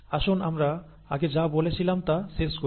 আসুন আমরা আগে যা বলেছিলাম তা শেষ করি